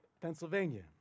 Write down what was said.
Pennsylvania